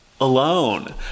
Alone